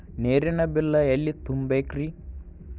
ನೇರಿನ ಬಿಲ್ ಎಲ್ಲ ತುಂಬೇಕ್ರಿ?